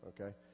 okay